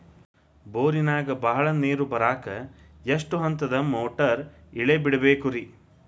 ಬೋರಿನಾಗ ಬಹಳ ನೇರು ಬರಾಕ ಎಷ್ಟು ಹಂತದ ಮೋಟಾರ್ ಇಳೆ ಬಿಡಬೇಕು ರಿ?